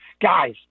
guys